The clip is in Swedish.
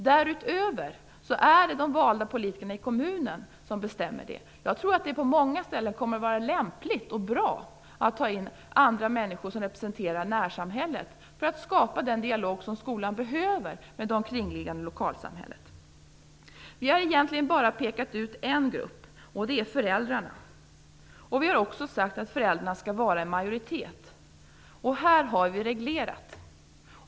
Därutöver är det de valda politikerna i kommunen som bestämmer om det. Jag tror att det på många ställen kommer att vara både lämpligt och bra att ta in andra människor som representerar närsamhället för att skapa den dialog som skolan behöver med det kringliggande lokalsamhället. Vi har egentligen bara pekat ut en grupp, nämligen föräldrarna. Vi har också sagt att föräldrarna skall vara i majoritet. Här har vi reglerat.